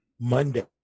Monday